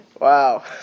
wow